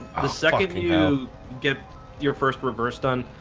the second you get your first reverse done.